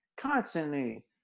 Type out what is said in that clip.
constantly